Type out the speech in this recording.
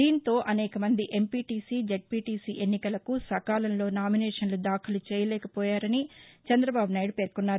దీంతో అనేక మంది ఎంపీటీసీ జెద్పీటీసీ ఎన్నికలకు సకాలంలో నామినేషన్లు దాఖలు చేయలేకపోయారని చంద్రబాబు పేర్కొన్నారు